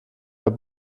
der